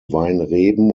weinreben